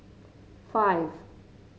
five